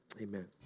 Amen